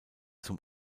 zum